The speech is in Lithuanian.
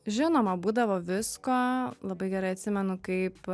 žinoma būdavo visko labai gerai atsimenu kaip